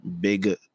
big